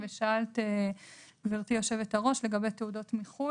ושאלת גברתי יושבת הראש לגבי תעודות מחוץ לארץ